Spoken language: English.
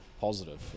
positive